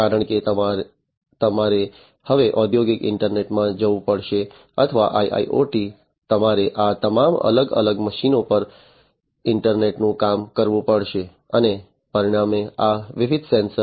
કારણ કે તમારે હવે ઔદ્યોગિક ઇન્ટરનેટમાં જવું પડશે અથવા IIoT તમારે આ તમામ અલગ અલગ મશીનો પર ઇન્ટરનેટનું કામ કરવું પડશે અને પરિણામે આ વિવિધ સેન્સર